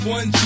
One